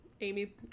amy